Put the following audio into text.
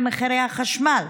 במחירי החשמל,